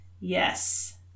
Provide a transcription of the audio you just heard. Yes